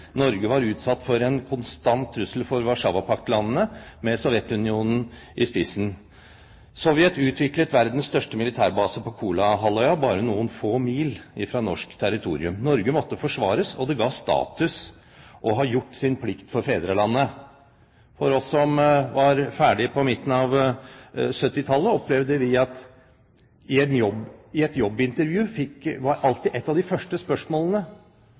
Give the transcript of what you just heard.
Norge var utsatt for en konstant trussel fra Warszawapaktlandene, med Sovjetunionen i spissen. Sovjet utviklet verdens største militærbase på Kolahalvøya, bare noen få mil fra norsk territorium. Norge måtte forsvares, og det ga status å ha gjort sin plikt for fedrelandet. Vi som var ferdig på midten av 1970-tallet, opplevde at i et jobbintervju var alltid et av de første spørsmålene